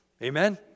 Amen